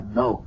no